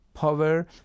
power